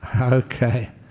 Okay